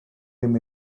him